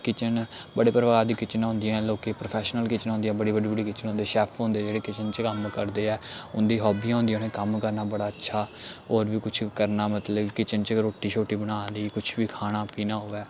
kitchen बड़े प्रवार दी किचन होंदियां लोकें गी प्रोफैशनल किचन होंदियां बड़ी बडी बड्डी किचन होंदे शैफ होंदे जेह्ड़े किचन च कम्म करदे ऐ उं'दी हाबियां होंदियां उ'नें कम्म करना बड़ा अच्छा होर बी कुछ करना मतलब किचन च गै रुट्टी शुट्टी बना दी कुछ बी खाना पीना होऐ